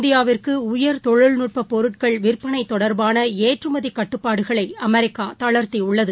இந்தியாவிற்கு உயர் தொழில்நுட்பப் பொருட்கள் விற்பனைதொடர்பானஏற்றுமதிகட்டுப்பாடுகளைஅமெரிக்காதளர்த்தியுள்ளது